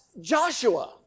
Joshua